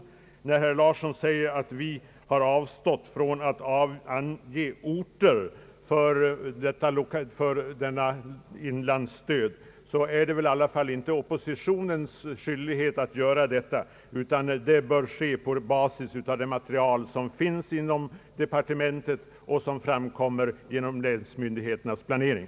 Herr Åke Larsson säger att vi har avstått från att ange orter för detta inlandsstöd. Men det är väl i alla fall inte oppositionens skyldighet att göra detta, utan det bör ske på basis av det material som finns inom departementet och som framkommer genom länsmyndigheternas planering.